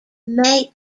may